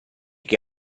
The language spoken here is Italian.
che